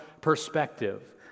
perspective